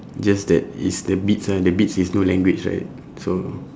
just that it's the beats ah the beats is no language right so